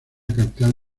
capital